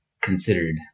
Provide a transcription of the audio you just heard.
considered